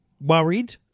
worried